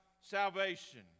salvation